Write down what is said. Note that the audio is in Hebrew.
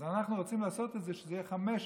אז אנחנו רוצים לעשות שזה יהיה 15%,